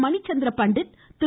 Manichandra Pandit Thiru